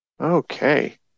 Okay